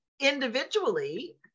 individually